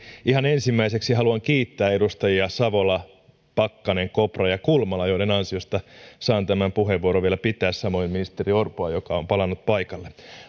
ihan ensimmäiseksi haluan kiittää edustajia savola pakkanen kopra ja kulmala joiden ansiosta saan tämän puheenvuoron vielä pitää samoin ministeri orpoa joka on palannut paikalle